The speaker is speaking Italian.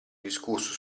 discusso